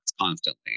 constantly